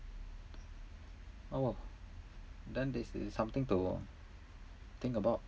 oh then this is something to think about